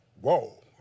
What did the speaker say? whoa